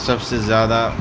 سب سے زیادہ